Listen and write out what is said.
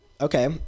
Okay